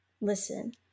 listen